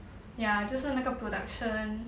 ya 就是那个 production